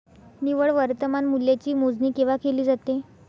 निव्वळ वर्तमान मूल्याची मोजणी केव्हा केली जाते?